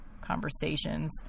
conversations